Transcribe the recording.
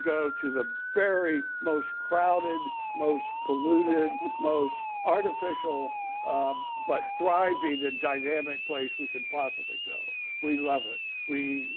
go to the very most crowded, most polluted, most artificial but thriving and dynamic place we could possibly go. we love it. we